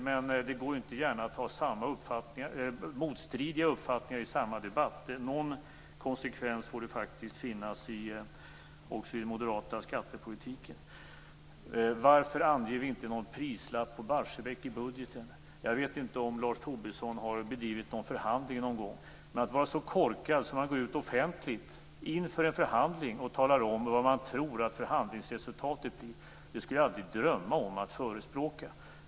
Men det går inte gärna att ha motstridiga uppfattningar i samma debatt. Någon konsekvens får det faktiskt finnas också i den moderata skattepolitiken. Varför anger vi inte någon prislapp på Barsebäck i budgeten? Jag vet inte om Lars Tobisson har bedrivit någon förhandling någon gång. Att vara så korkad att man går ut offentligt inför en förhandling och talar om vad man tror att förhandlingsresultatet blir, skulle jag aldrig drömma om att förespråka.